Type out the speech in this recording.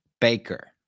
Baker